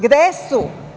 Gde su?